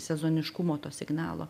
sezoniškumo to signalo